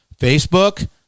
facebook